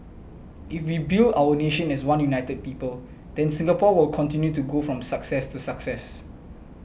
if we build our nation as one united people then Singapore will continue to go from success to success